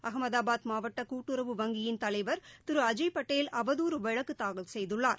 அகமதாபாத் மாவட்டகூட்டுறவு வங்கியின் தலைவர் திருஅஜய்படேல் அவதூறு வழக்குதாக்கல் செய்துள்ளார்